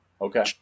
Okay